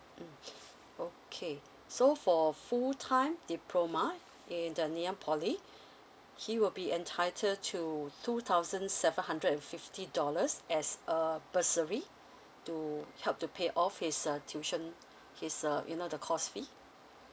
mm okay so for full time diploma in the ngee an poly he will be entitled to two thousand seven hundred and fifty dollars as a bursary to help to pay off his uh tuition his uh you know the course fee